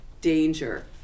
danger